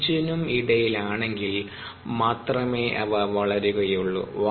5 നും ഇടയിൽ ആണെങ്കിൽ മാത്രമേ അവ വളരുകയുള്ളൂ